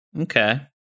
okay